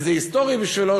וזה היסטורי בשבילו,